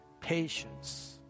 patience